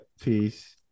peace